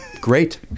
Great